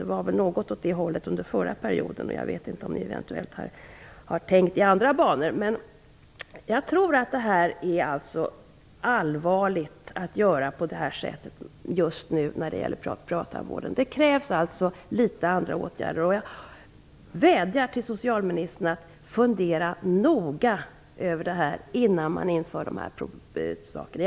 Det var något åt det hållet på gång under den förra perioden, men jag vet inte om ni har tänkt i andra banor. Jag tror att det allvarligt att göra på det här sättet just nu när det gäller privattandvården. Det krävs litet andra åtgärder, och jag vädjar till socialministern att fundera noga innan man inför de här nyheterna.